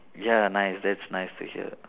ya nice that's nice to hear